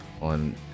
on